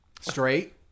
straight